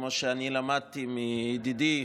כמו שאני למדתי מידידי,